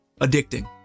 addicting